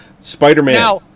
spider-man